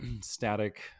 static